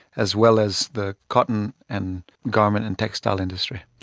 as well as the cotton and garment and textile industry.